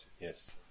yes